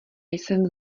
jsem